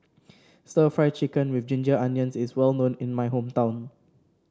stir Fry Chicken with Ginger Onions is well known in my hometown